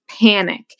panic